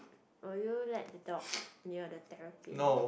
will you let the dogs near the terrapin